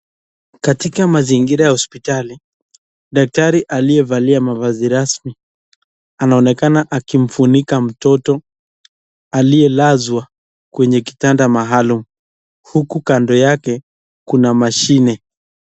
Katika mazingira ya hospitali. Daktari aliyevalia mavazi rasmi anaonekana akimfunika mtoto aliyelazwa kwenye kitanda maalum, huku kando yake kuna mashine